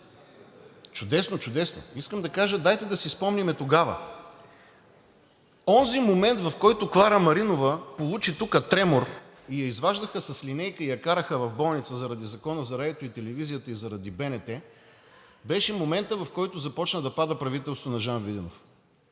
Чудесно, чудесно! Искам да кажа дайте да си спомним тогава онзи момент, в който Клара Маринова получи тук тремор, изваждаха я с линейка и я караха в болница заради Закона за радиото и телевизията и заради БНТ – беше моментът, в който започна да пада правителството на Жан Виденов.